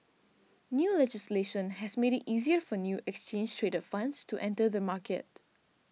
new legislation has made it easier for new exchange traded funds to enter the market